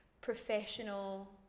professional